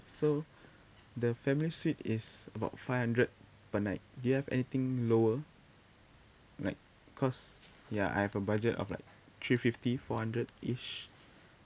so the family suite is about five hundred per night do you have anything lower like because ya I have a budget of like three fifty four hundred each